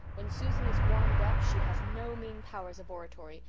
when susan is warmed up she has no mean powers of oratory,